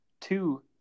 two